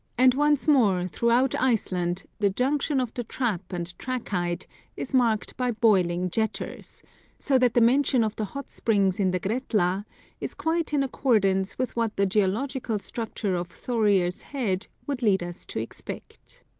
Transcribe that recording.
and once more, throughout iceland, the junction of the trap and trachyte is marked by boiling jetters so that the mention of the hot-springs in the gretla is quite in accordance with what the geological structure of thorir's head would lead us to expect.